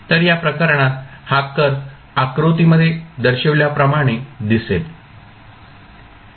तर त्या प्रकरणात हा कर्व आकृतीमध्ये दर्शवल्याप्रमाणे दिसेल